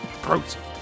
protein